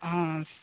ఆ ఆ